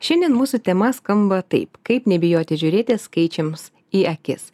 šiandien mūsų tema skamba taip kaip nebijoti žiūrėti skaičiams į akis